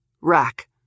Rack